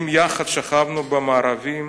אם יחד שכבנו במארבים,